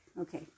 okay